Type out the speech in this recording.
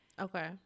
Okay